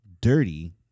Dirty